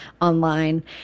online